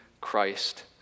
Christ